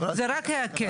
זה רק יקל.